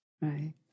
Right